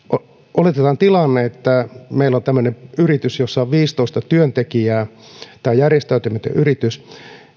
oletetaan tilanne että meillä on tämmöinen yritys jossa on viisitoista työntekijää tämä on järjestäytymätön yritys